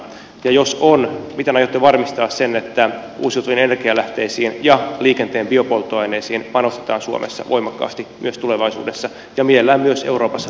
jos on miten aiotte varmistaa sen että uusiutuviin energialähteisiin ja liikenteen biopolttoaineisiin panostetaan suomessa voimakkaasti myös tulevaisuudessa ja mielellään myös euroopassa laajemminkin